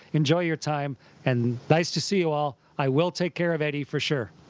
enjoy your time and nice to see you all. i will take care of eddy for sure.